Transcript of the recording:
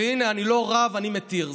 הינה, אני לא רב, אני מתיר.